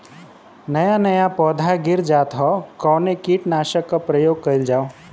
नया नया पौधा गिर जात हव कवने कीट नाशक क प्रयोग कइल जाव?